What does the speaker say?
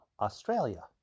Australia